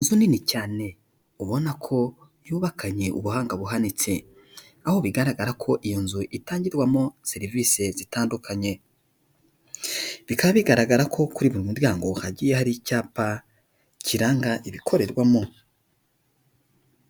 Inzu nini cyane ubona ko yubakanye ubuhanga buhanitse aho bigaragara ko iyo nzu itangirwamo serivisi zitandukanye bikaba bigaragara ko kuri buri muryango hagiye hari icyapa kiranga ibikorerwa mo.